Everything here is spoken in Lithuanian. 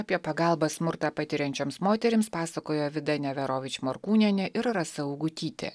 apie pagalbą smurtą patiriančioms moterims pasakojo vida neverovič morkūnienė ir rasa augutytė